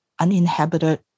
uninhabited